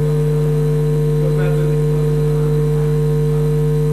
חבר הכנסת שטבון יחזור למקומו וחבר הכנסת